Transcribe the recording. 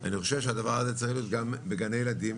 - אני חושב שהדבר הזה צריך להיות גם בגני הילדים,